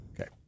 Okay